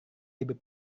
lebih